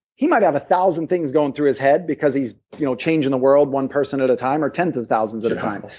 he might have a thousand things going through his head, because he's you know changing the world one person at a time, or tens of thousands at a time.